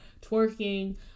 twerking